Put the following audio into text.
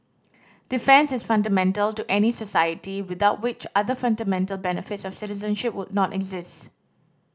defence is fundamental to any society without which other fundamental benefits of citizenship would not exist